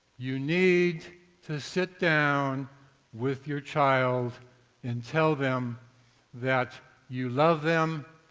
you need to sit down with your child and tell them that you love them,